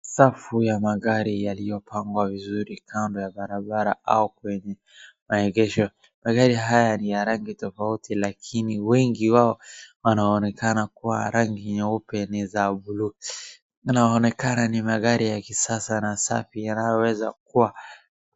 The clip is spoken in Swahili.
Safu ya magari yaliyopangwa vizuri kando ya barabara au kwenye maegesho. Magari haya ni ya rangi tofauti lakini wengi wao wanaonekana kuwa rangi nyeupe na za blue . Yanaonekana ni magari ya kisasa na safi yanayoweza kuwa.